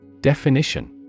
Definition